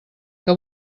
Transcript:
que